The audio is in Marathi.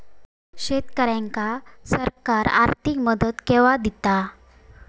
शेतकऱ्यांका सरकार आर्थिक मदत केवा दिता?